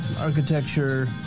architecture